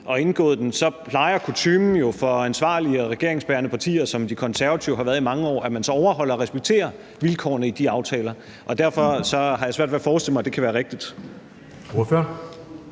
og indgået den, plejer kutyme jo at være for ansvarlige og regeringsbærende partier, som Konservative har været i mange år, at man så overholder og respekterer vilkårene i de aftaler. Derfor har jeg svært ved at forestille mig, at det kan være rigtigt.